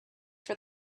for